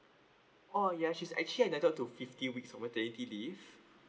orh ya she's actually ntitle to fifty week of maternity leave